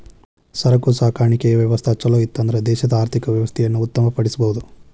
ಸರಕು ಸಾಗಾಣಿಕೆಯ ವ್ಯವಸ್ಥಾ ಛಲೋಇತ್ತನ್ದ್ರ ದೇಶದ ಆರ್ಥಿಕ ವ್ಯವಸ್ಥೆಯನ್ನ ಉತ್ತಮ ಪಡಿಸಬಹುದು